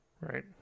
right